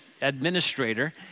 administrator